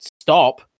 stop